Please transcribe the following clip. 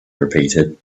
repeated